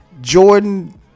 Jordan